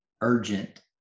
urgent